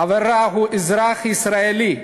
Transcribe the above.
אברה הוא אזרח ישראלי,